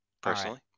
personally